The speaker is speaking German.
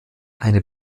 eine